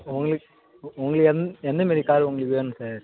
உங்குளுக் உங்களுக்கு எந் எந்தமாரி கார் உங்களுக்கு வேணும் சார்